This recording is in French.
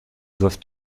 doivent